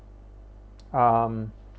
um